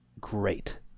great